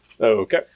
okay